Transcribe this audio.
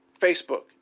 Facebook